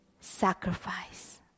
sacrifice